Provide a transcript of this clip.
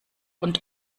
und